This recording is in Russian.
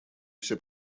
все